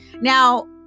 Now